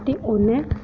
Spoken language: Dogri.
ते उ'नें